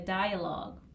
dialogue